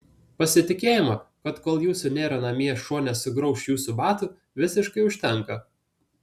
pasitikėjimo kad kol jūsų nėra namie šuo nesugrauš jūsų batų visiškai užtenka